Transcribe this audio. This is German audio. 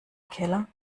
keller